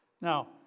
now